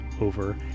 over